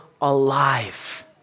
alive